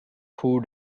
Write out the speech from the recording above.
food